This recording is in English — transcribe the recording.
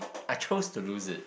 I chose to lose it